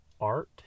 art